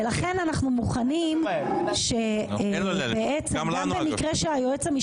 ולכן אנחנו מוכנים שבעצם גם במקרה שהיועץ המשפטי כבר,